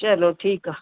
चलो ठीकु आहे